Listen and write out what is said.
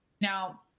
Now